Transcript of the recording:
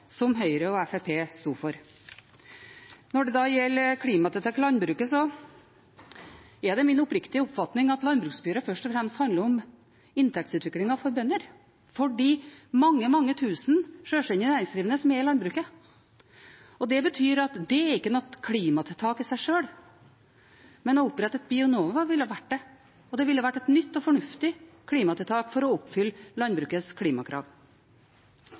som Høyre og Fremskrittspartiet sto for. Når det gjelder klimatiltak i landbruket, er det min oppriktige oppfatning at landbruksoppgjøret først og fremst handler om inntektsutviklingen for bønder, for de mange, mange tusen sjølstendig næringsdrivende som er i landbruket. Det betyr at det ikke er noe klimatiltak i seg sjøl, men å opprette Bionova ville vært det. Det ville vært et nytt og fornuftig klimatiltak for å oppfylle landbrukets klimakrav.